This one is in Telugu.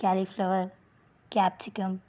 cauliflower capsicum